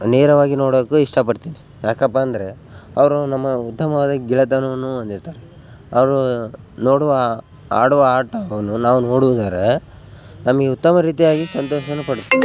ನೇರವಾಗಿ ನೋಡೋಕು ಇಷ್ಟಪಡ್ತಿನಿ ಯಾಕಪ್ಪ ಅಂದರೆ ಅವರು ನಮ್ಮ ಉತ್ತಮವಾದ ಗೆಳೆತನವನ್ನು ಹೊಂದಿರ್ತಾರೆ ಅವರು ನೋಡುವ ಆಡುವ ಆಟವನ್ನು ನಾವು ನೋಡಿದರೆ ನಮಗೆ ಉತ್ತಮ ರೀತಿಯಾಗಿ ಸಂತೋಷನ್ನು ಪಡ್ತೀವಿ